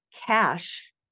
cash